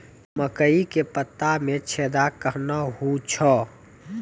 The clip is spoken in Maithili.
मकई के पत्ता मे छेदा कहना हु छ?